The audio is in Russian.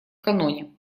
каноне